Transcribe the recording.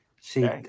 See